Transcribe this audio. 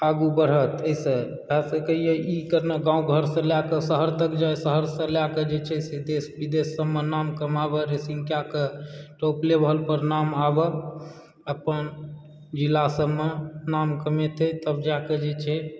आगू बढ़त एहिसँ भै सकयए ई कनि गाँव घरसँ लऽ कऽ शहर तक शहरसँ लऽ कऽ जे छै से देश विदेश सभमऽ नाम कमाबय रेसिंग कएकऽ टॉप लेवलपर नाम आबय अपन जिला सभमऽ नाम कमेतय तब जाके जे छै